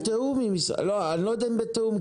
בתיאום אני לא יודע אם בתיאום,